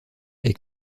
est